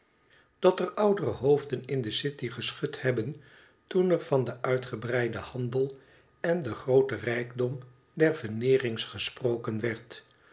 dat er oudere hoofden in de city geschud hebben toen ervan den uitgebreiden handel en den grooten rijkdom der veneering's gesproken werd